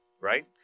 right